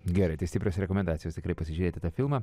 gerai tai stiprios rekomendacijos tikrai pasižiūrėti tą filmą